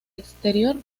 exterior